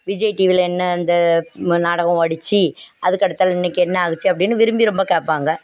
விஜய் டிவியில் என்ன அந்த நாடகம் ஓடிச்சி அதுக்கடுத்தது இன்றைக்கு என்ன ஆகிச்சு அப்படின்னு விரும்பி ரொம்ப கேட்பாங்க